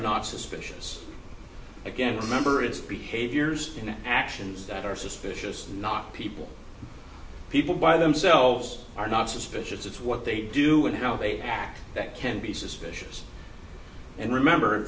not suspicious again remember it's behaviors and actions that are suspicious not people people by themselves are not suspicious of what they do and how they act that can be suspicious and remember